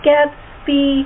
Gatsby